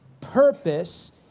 purpose